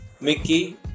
Mickey